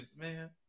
man